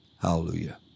Hallelujah